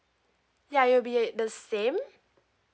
ya it will be at the same